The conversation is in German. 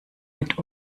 mit